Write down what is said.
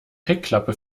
heckklappe